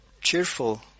cheerful